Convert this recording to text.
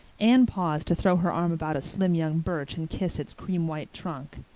anne paused to throw her arm about a slim young birch and kiss its cream-white trunk.